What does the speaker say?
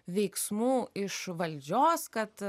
veiksmų iš valdžios kad